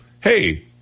Hey